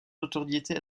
notoriété